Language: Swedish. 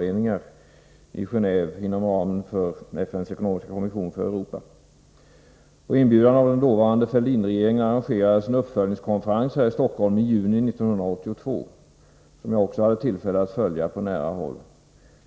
vi i Genéve, inom ramen för FN:s ekonomiska kommission för Europa, om konventionen mot långväga gränsöverskridande luftföroreningar. På inbjudan av den dåvarande Fälldinregeringen arrangerades en uppföljningskonferens här i Stockholm i juni 1982, som jag också hade tillfälle att följa på nära håll.